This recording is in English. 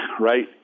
right